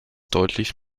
deutlich